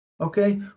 Okay